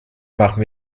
machen